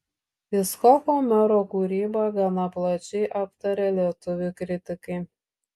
icchoko mero kūrybą gana plačiai aptarė lietuvių kritikai